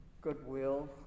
Goodwill